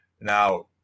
Now